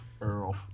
Earl